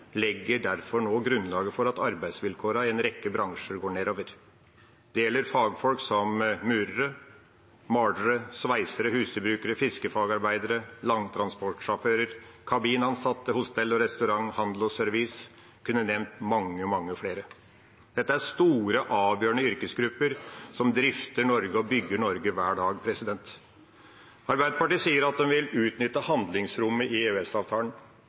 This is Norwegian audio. legger derfor nå grunnlaget for at det går nedover med arbeidsvilkårene i en rekke bransjer. Det gjelder fagfolk som murere, malere, sveisere, husdyrbrukere, fiskefagarbeidere, langtransportsjåfører, kabinansatte, hotell og restaurant, handel og service, og jeg kunne nevnt mange, mange flere. Dette er store, avgjørende yrkesgrupper som drifter og bygger Norge hver dag. Arbeiderpartiet sier at de vil utnytte handlingsrommet i